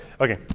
Okay